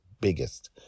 biggest